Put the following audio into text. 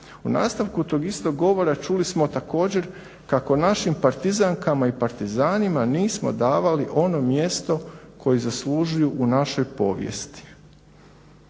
U nastavku tog istog govora čuli smo također kako našim Partizankama i Partizanima nismo davali ono mjesto koje zaslužuju u našoj povijesti.